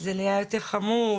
שזה נהיה יותר חמור,